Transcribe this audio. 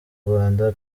rwanda